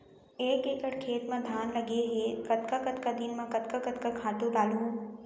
एक एकड़ खेत म धान लगे हे कतका कतका दिन म कतका कतका खातू डालहुँ?